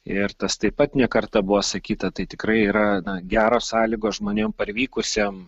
ir tas taip pat ne kartą buvo sakyta tai tikrai yra geros sąlygos žmonėm parvykusiem